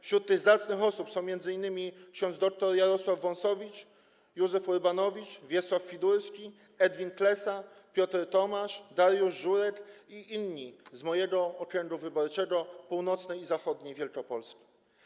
Wśród tych zacnych osób są m.in. ks. dr Jarosław Wąsowicz, Józef Urbanowicz, Wiesław Fidurski, Edwin Klessa, Piotr Tomasz, Dariusz Żurek i inni z mojego okręgu wyborczego - północnej i zachodniej Wielkopolski.